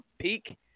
peak